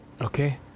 Okay